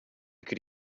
could